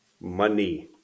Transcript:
Money